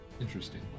Interesting